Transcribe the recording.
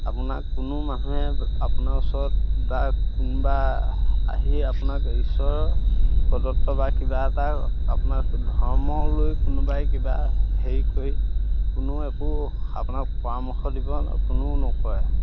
আপোনাক কোনো মানুহে আপোনাৰ ওচৰত বা কোনোবা আহি আপোনাক ঈশ্বৰৰ প্ৰদত্ব বা কিবা এটা আপোনাৰ ধৰ্মলৈ কোনোবাই কিবা হেৰি কৰি কোনেও একো আপোনাক পৰামৰ্শ দিব কোনেও নকৰে